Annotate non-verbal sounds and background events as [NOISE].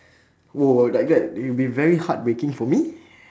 [BREATH] !whoa! like that it'll be very heartbreaking for me [BREATH]